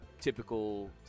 typical